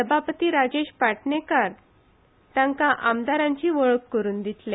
सभापती राजेश पाटणेंकार तांकां आमदारांची वळख करून दितले